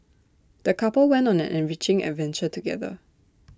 the couple went on an enriching adventure together